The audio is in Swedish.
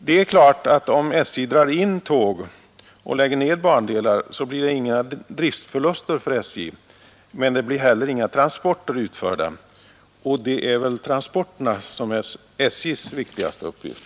Det är klart att om SJ drar in tåg och lägger ned bandelar blir det inga driftförluster för SJ, men det blir heller inga transporter utförda och det är väl transporterna som är SJ:s viktigaste uppgift.